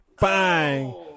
Bang